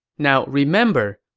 now remember,